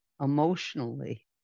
emotionally